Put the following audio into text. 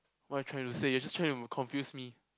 what are you trying to say you are just trying to confuse me